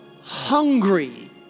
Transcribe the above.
hungry